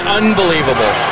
unbelievable